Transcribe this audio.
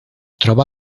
troba